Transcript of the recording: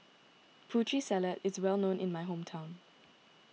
Putri Salad is well known in my hometown